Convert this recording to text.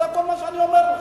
זה כל מה שאני אומר לך.